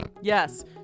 yes